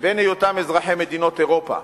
לבין היותם אזרחי מדינות אירופה,